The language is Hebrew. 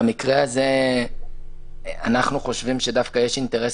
במקרה הזה אנחנו חושבים שדווקא יש אינטרס